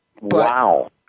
Wow